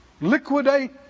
Liquidate